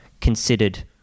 considered